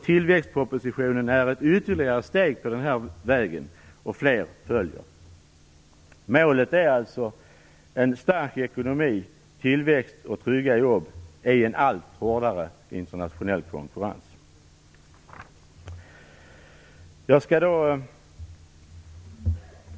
Tillväxtpropositionen är ett ytterligare steg på den här vägen och fler följer. Målet är alltså en stark ekonomi, tillväxt och trygga jobb i en allt hårdare internationell konkurrens.